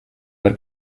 were